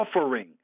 offering